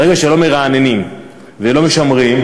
ברגע שלא מרעננים ולא משמרים,